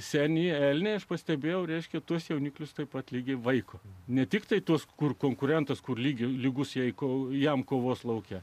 seni elniai aš pastebėjau reiškia tuos jauniklius taip pat ligi vaiko ne tiktai tuos kur konkurentas kur lygių lygūs jeigu jam kovos lauke